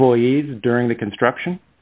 employees during the construction